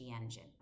Engine